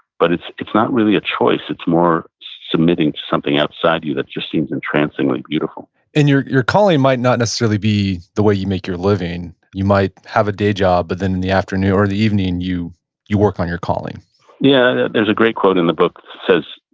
but it's it's not really a choice, it's more submitting to something outside of you that just seems entrancingly beautiful and your your calling might not necessarily be the way you make your living. you might have a day job, but then in the afternoon or the evening, you you work on your calling yeah. there's a great quote in the book that says,